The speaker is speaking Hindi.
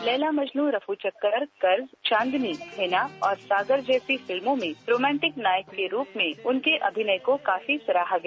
लैला मजनू रफू चक्कर कर्ज चांदनी हीना और सागर जैसी फिल्मों में रोमांटिक नायक के रूप में उनके अभिनय को काफी सराहा गया